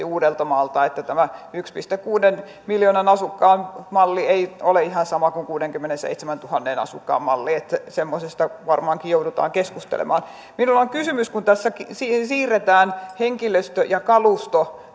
uudeltamaalta että tämä yhden pilkku kuuden miljoonan asukkaan malli ei ole ihan sama kuin kuuteenkymmeneenseitsemääntuhanteen asukkaan malli semmoisesta varmaankin joudutaan keskustelemaan minulla on kysymys kun tässä siirretään henkilöstö ja kalusto